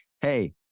Hey